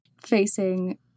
facing